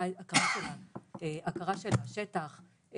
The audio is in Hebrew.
הכרה של השטח,